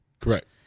Correct